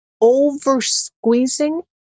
over-squeezing